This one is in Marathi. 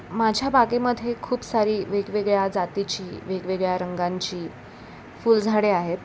माझ्या बागेमध्ये खूप सारी वेगवेगळ्या जातीची वेगवेगळ्या रंगांची फुलझाडे आहेत